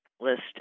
list